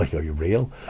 are you real?